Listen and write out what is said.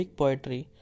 poetry